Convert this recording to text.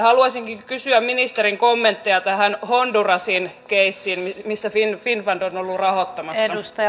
haluaisinkin kysyä ministerin kommentteja tähän hondurasin keissiin missä finnfund on ollut rahoittamassa